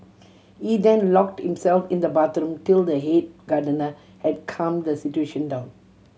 he then locked himself in the bathroom till the head gardener had calmed the situation down